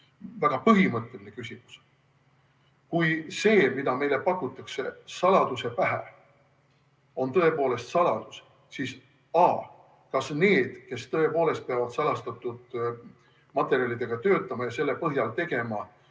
väga põhimõtteline küsimus. Kui see, mida meile pakutakse saladuse pähe, on tõepoolest saladus, siis kas need, kes tõepoolest peavad salastatud materjalidega töötama ja selle põhjal tegema